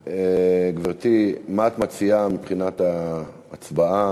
גברתי, מה את מציעה מבחינת ההצבעה?